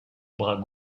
bras